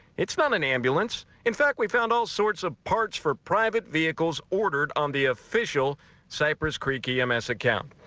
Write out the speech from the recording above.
it's not an ambulance in fact we found all sorts of parts for private vehicles ordered on the official cypress creek ems account.